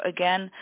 Again